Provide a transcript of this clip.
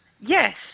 Yes